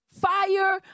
fire